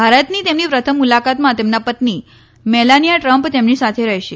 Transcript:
ભારતની તેમની પ્રથમ મુલાકાતમાં તેમના પત્નિ મેલાનીયા ટ્રમ્પ તેમની સાથે રહેશે